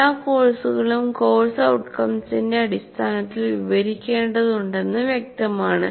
എല്ലാ കോഴ്സുകളും കോഴ്സ് ഔട്ട്കംസിന്റെ അടിസ്ഥാനത്തിൽ വിവരിക്കേണ്ടതുണ്ടെന്ന് വ്യക്തമാണ്